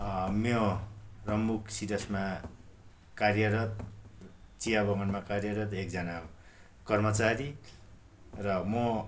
म रम्बुक सिडर्समा कार्यरत चिया बगानमा कार्यरत एकजना कर्मचारी र म